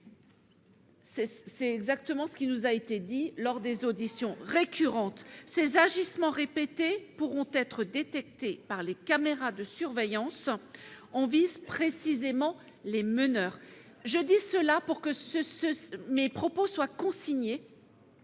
C'est exactement ce qui nous a été dit lors des auditions. Ces agissements répétés pourront être détectés par les caméras de surveillance : on vise précisément les meneurs. Mes propos seront consignés